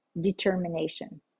determination